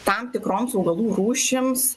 tam tikroms augalų rūšims